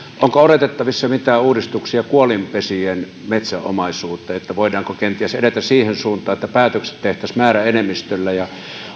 onko odotettavissa mitään uudistuksia kuolinpesien metsäomaisuuteen voidaanko kenties edetä siihen suuntaan että päätökset tehtäisiin määräenemmistöllä ja